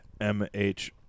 MH